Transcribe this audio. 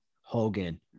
Hogan